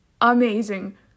amazing